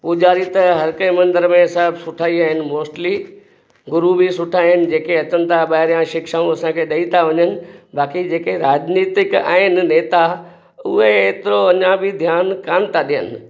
पूॼारी त हर कंहिं मंदर में सभु सुठा ई आहिनि मोस्टली गुरू बि सुठा आहिनि जेके अचनि था ॿाहिरां शिक्षाऊं असांखे ॾेई था वञनि बाक़ी जेके राॼनितिक आहिनि नेता उहे एतिरो अञा बि ध्यानु कान था ॾियनि